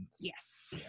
Yes